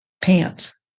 pants